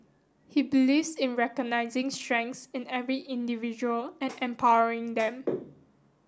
he believes in recognizing strengths in every individual and empowering them